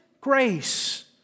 grace